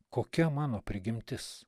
kokia mano prigimtis